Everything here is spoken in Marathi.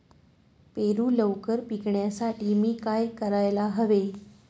पेरू लवकर पिकवण्यासाठी मी काय करायला हवे?